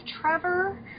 Trevor